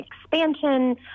expansion